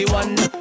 one